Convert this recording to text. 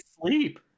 sleep